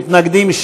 מתנגדים,